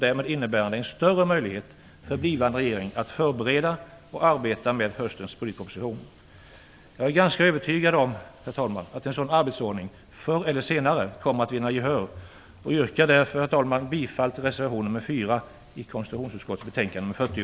Det innebär en större möjlighet för en blivande regering att förbereda och arbeta med höstens budgetproposition. Jag är övertygad om att en sådan arbetsordning förr eller senare kommer att vinna gehör och yrkar därför, herr talman, bifall till reservation nr 4 i konstitutionsutskottets betänkande nr 40.